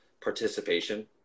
participation